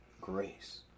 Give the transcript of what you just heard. grace